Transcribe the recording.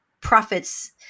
prophets